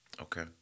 Okay